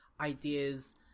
ideas